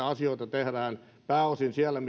asioita tehdään pääosin siellä